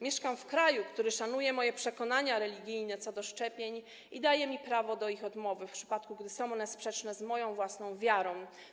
Mieszkam w kraju, który szanuje moje przekonania religijne co do szczepień i daje mi prawo do odmowy szczepień, w przypadku gdy są one sprzeczne z moją własną wiarą.